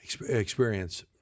experience